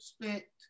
respect